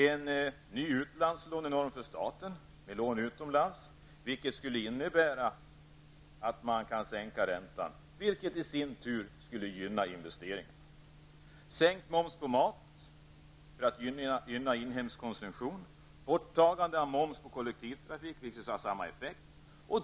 En ny utlandslånenorm för staten med lån utomlands, vilket skulle innebära att man kunde sänka räntan, något som i sin tur gynnar investeringar. -- Sänkt moms på mat för att gynna inhemsk konsumtion samt borttagande av moms på kollektivtrafik, vilket har samma effekt.